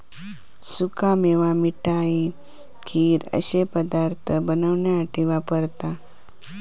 सुका मेवा मिठाई, खीर अश्ये पदार्थ बनवण्यासाठी वापरतत